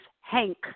Hank